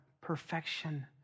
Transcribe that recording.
perfection